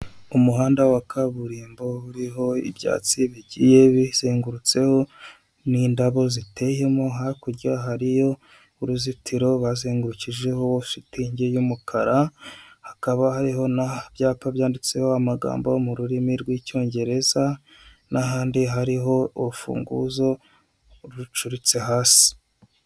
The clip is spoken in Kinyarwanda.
Umuhanda wa kaburimbo uriho ibyatsi bigiye bizengurutseho n',indabo ziteyemo hakurya hariyo uruzitiro bazengukijeho wofingi y'umukara hakaba hariho n'ibyapa byanditseho amagambo mu rurimi rw'icyongereza n'ahandi hariho urufunguzo rucuritse hasi.